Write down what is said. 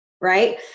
right